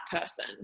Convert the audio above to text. person